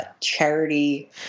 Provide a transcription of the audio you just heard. charity